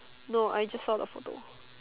no I just saw the photo